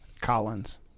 Collins